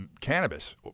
cannabis